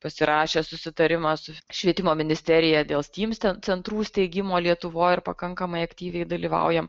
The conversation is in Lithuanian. pasirašę susitarimą su švietimo ministerija dėl stym centrų steigimo lietuvoj ir pakankamai aktyviai dalyvaujam